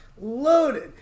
Loaded